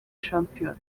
shampiyona